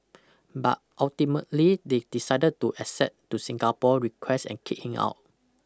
but ultimately they decided to accede to Singapore's request and kick him out